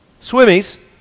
swimmies